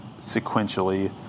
sequentially